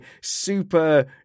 super